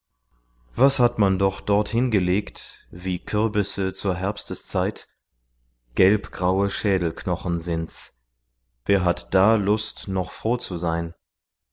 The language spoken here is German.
was hat man doch dort hingelegt wie kürbisse zur herbsteszeit gelbgraue schädelknochen sind's wer hat da lust noch froh zu sein